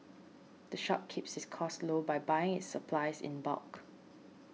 the shop keeps its costs low by buying its supplies in bulk